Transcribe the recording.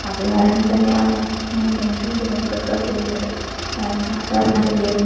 അത് കാരണം തന്നെയാണ് ഞാൻ ഏറ്റവും അധികം പ്രിഫർ ചെയ്യുന്നത് ആ സാധാരണ ഗതിയിൽ